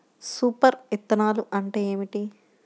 Super విత్తనాలు అంటే ఏమిటి?